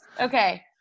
Okay